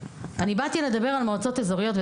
באתי לדבר על מועצות אזוריות,